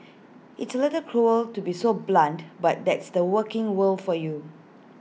it's little cruel to be so blunt but that's the working world for you